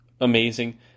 amazing